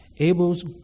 Abel's